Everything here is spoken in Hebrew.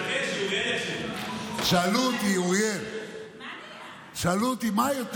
שאלו אותי: במה יש